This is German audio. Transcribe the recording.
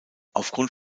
aufgrund